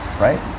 right